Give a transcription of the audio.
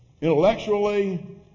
Intellectually